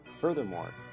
Furthermore